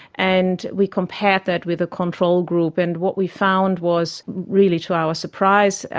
and we compared that with a control group. and what we found was, really to our surprise,